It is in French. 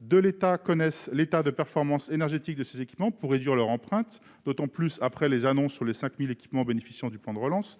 de l'État connaissent la performance énergétique de ces équipements pour réduire leur empreinte, particulièrement après les annonces sur les 5 000 équipements bénéficiant du plan de relance.